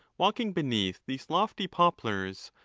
walking beneath these lofty poplars,